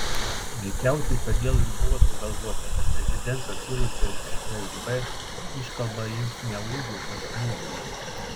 veikiausiai todėl ir buvo sugalvota kad prezidento kilusio iš fsb iškalba ims ne ūgiu o smūgiu